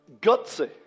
Gutsy